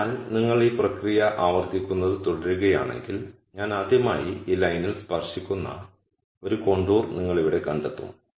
അതിനാൽ നിങ്ങൾ ഈ പ്രക്രിയ ആവർത്തിക്കുന്നത് തുടരുകയാണെങ്കിൽ ഞാൻ ആദ്യമായി ഈ ലൈനിൽ സ്പർശിക്കുന്ന ഒരു കോണ്ടൂർ നിങ്ങൾ ഇവിടെ കണ്ടെത്തും